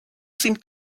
seemed